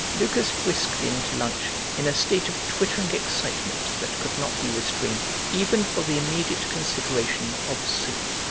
lucas frisked in to lunch in a state of twittering excitement that could not be restrained even for the immediate consideration of soup,